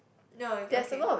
no okay